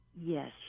yes